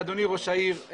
אדוני ראש העיר,